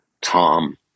tom